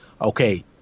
okay